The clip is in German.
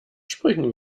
springen